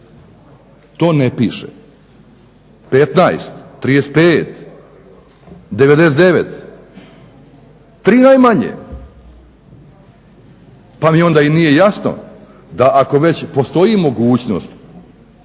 to ne piše. 15, 35, 99? Tri najmanje. Pa mi onda nije jasno da ako već postoji mogućnost